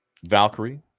Valkyrie